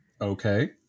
Okay